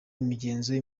imigenzo